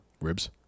ribs